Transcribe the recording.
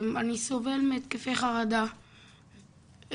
אני סובל מהתקפי חרדה וזהו.